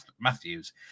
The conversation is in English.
Matthews